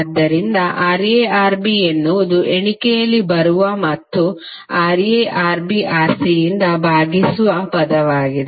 ಆದ್ದರಿಂದ RaRb ಎನ್ನುವುದು ಎಣಿಕೆಯಲ್ಲಿ ಬರುವ ಮತ್ತು RaRbRc ಯಿಂದ ಭಾಗಿಸುವ ಪದವಾಗಿದೆ